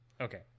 Okay